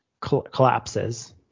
collapses